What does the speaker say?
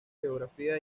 geografía